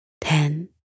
Ten